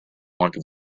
could